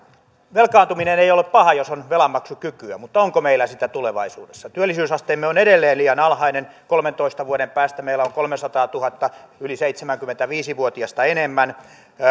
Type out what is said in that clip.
velkaantuminen ei ole paha jos on velanmaksukykyä mutta onko meillä sitä tulevaisuudessa työllisyysasteemme on edelleen liian alhainen kolmentoista vuoden päästä meillä on kolmesataatuhatta yli seitsemänkymmentäviisi vuotiasta enemmän